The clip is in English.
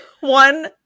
One